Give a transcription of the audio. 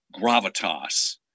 gravitas